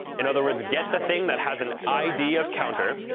in other words, get the thing that has an id of counter,